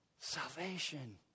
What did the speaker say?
salvation